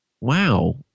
wow